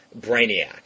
Brainiac